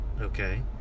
okay